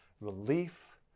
relief